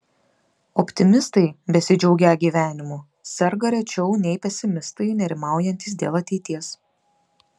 optimistai besidžiaugią gyvenimu serga rečiau nei pesimistai nerimaujantys dėl ateities